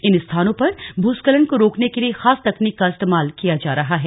इन स्थानों पर भूस्खलन को रोकने के लिए खास तंकनीक का इस्तेमाल किया जा रहा है